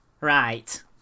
Right